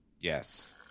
yes